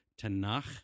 Tanakh